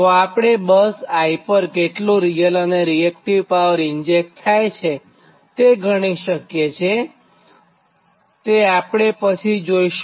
તો આપણે bus i પર કેટલું રીયલ અને રીએક્ટીવ પાવર ઇન્જેક્ટ થાયતે ગણી શકીએ છીએતે આપણે પછી જોઇશું